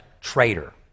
traitor